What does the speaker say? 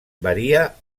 varia